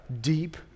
deep